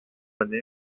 année